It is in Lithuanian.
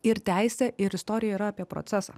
ir teisė ir istorija yra apie procesą